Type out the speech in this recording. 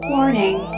Warning